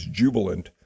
jubilant